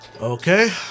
Okay